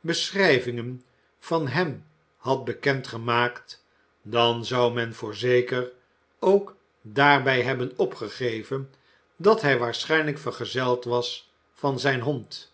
beschrijvingen van hem had bekend gemaakt dan zou men voorzeker ook daarbij hebben opgegeven dat hij waarschijnlijk vergezeld was van zijn hond